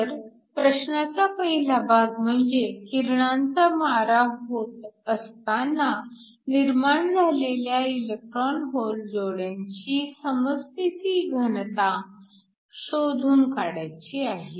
तर प्रश्नाचा पहिला भाग म्हणजे किरणांचा मारा होता असताना निर्माण झालेल्या इलेक्ट्रॉन होल जोड्यांची समस्थिती घनता शोधून काढायची आहे